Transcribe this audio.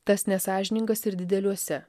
tas nesąžiningas ir dideliuose